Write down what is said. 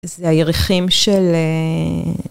זה הירחים של...